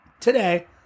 today